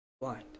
blind